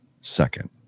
second